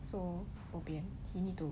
so bo pian so need to